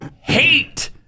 hate